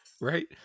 Right